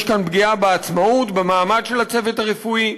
יש כאן פגיעה בעצמאות, במעמד של הצוות הרפואי.